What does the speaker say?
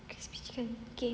crispy chicken okay